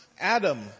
Adam